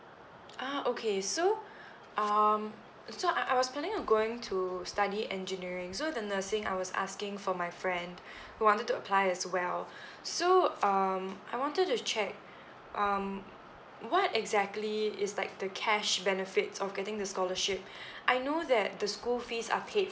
ah okay so um so I I was planning on going to study engineering so the nursing I was asking for my friend who wanted to apply as well so um I wanted to check um what exactly is like the cash benefits of getting the scholarship I know that the school fees are paid